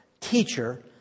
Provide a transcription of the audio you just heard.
teacher